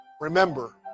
Remember